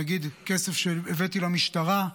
נגיד כסף שהבאתי למשטרה,